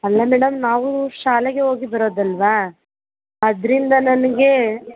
ಅಲ್ಲ ಮೇಡಮ್ ನಾವು ಶಾಲೆಗೆ ಹೋಗಿ ಬರೋದಲ್ವ ಅದರಿಂದ ನನಗೆ